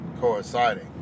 coinciding